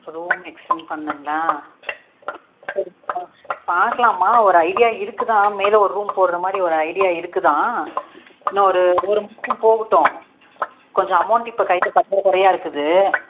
இப்போ room extend பண்ணணுங்களா சரிம்மா பார்க்கலாம்மா ஒரு ஐடியா இருக்குது தான் மேலே ஒரு ரூம் போடுற மாதிரி ஒரு ஐடியா இருக்குது தான் இன்னும் ஒரு ஒரு மாதம் போகட்டும் கொஞ்சம் அமௌண்ட் இப்போ கையில் குறையாக இருக்குது